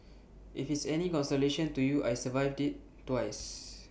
if it's any consolation to you I survived IT twice